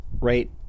right